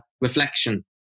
reflection